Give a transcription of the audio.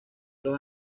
los